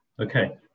Okay